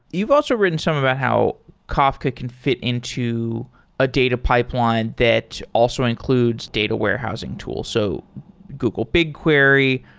you've also written some about how kafka can fit into a data pipeline that also includes data warehousing tools. so google bigquery.